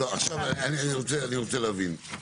לא אני רוצה להבין,